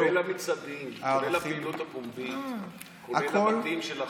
כולל הפעילות הפומבית, כולל הפעילים שלכם.